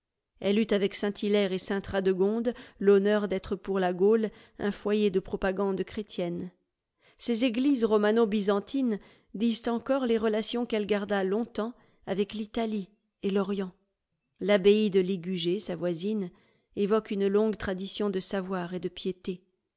elle eut avec saint-hilaire et sainte radegonde l'honneur d'être pour la gaule un foyer de propagande chrétienne ses églises romano byzantines disent encore les relations qu'elle garda longtemps avec l'italie et l'orient l'abbaye de ligugé sa voisine évoque une longue tradition de savoir et de piété